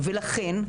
לאומית ולכן,